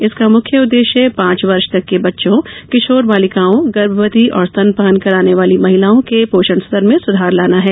इसका मुख्य उद्देश्य पांच वर्ष तक के बच्चों किशोर बालिकाओं गर्भवती और स्तनपान कराने वाली महिलाओं के पोषण स्तर में सुधार लाना है